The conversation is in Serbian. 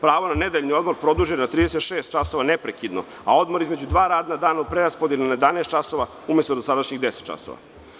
Pravo na nedeljni odmor produžen je na 36 časova, neprekidno, a odmor između dva radna dana je podeljen na 11 časova, umesto dosadašnjih 10 časova.